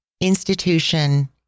institution